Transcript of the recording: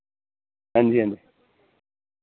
हां जी हां जी